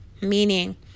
meaning